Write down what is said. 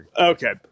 okay